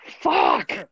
Fuck